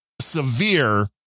severe